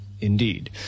indeed